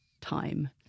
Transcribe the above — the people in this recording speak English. time